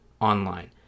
online